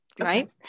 Right